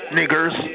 niggers